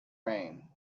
rain